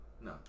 no